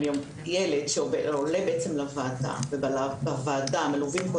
ילד שעולה בעצם לוועדה ובוועדה מלווים כל